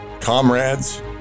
comrades